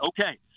Okay